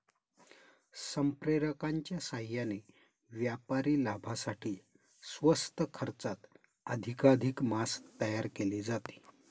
संप्रेरकांच्या साहाय्याने व्यापारी लाभासाठी स्वस्त खर्चात अधिकाधिक मांस तयार केले जाते